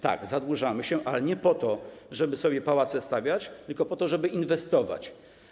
Tak, zadłużamy się, ale nie po to, żeby sobie stawiać pałace, tylko po to, żeby inwestować.